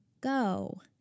go